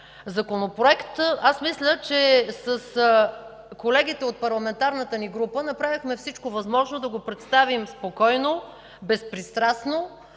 Законопроект аз мисля, че с колегите от парламентарната ни група направихме всичко възможно да го представим спокойно, безпристрастно